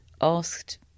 asked